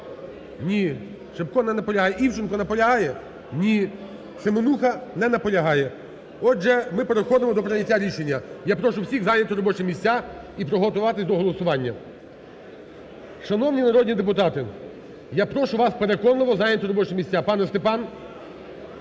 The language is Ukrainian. Ні. Шипко не наполягає. Івченко наполягає? Ні. Семенуха не наполягає. Отже, ми переходимо до прийняття рішення, я прошу всіх зайняти робочі місця і приготуватись до голосування. Шановні народні депутати, я прошу вас переконливо, зайняти робочі місця. Пане Степан,